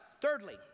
Thirdly